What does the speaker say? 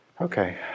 Okay